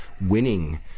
winning